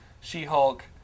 She-Hulk